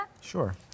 sure